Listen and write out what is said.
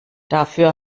dafür